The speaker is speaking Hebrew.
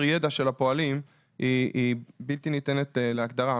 הידע של הפועלים היא בלתי ניתנת להגדרה.